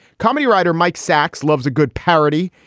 comedy writer mike sacks loves a good parody.